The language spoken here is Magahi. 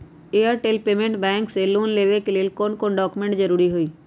एयरटेल पेमेंटस बैंक से लोन लेवे के ले कौन कौन डॉक्यूमेंट जरुरी होइ?